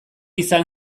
izan